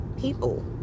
people